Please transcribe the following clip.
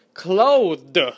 Clothed